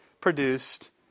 produced